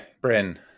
Bryn